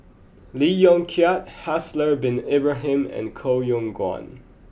Lee Yong Kiat Haslir Bin Ibrahim and Koh Yong Guan